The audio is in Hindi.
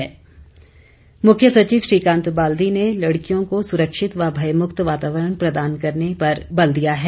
मुख्य सचिव मुख्य सचिव श्रीकांत बाल्दी ने लड़कियों को सुरक्षित व भयमुक्त वातावरण प्रदान करने पर बल दिया है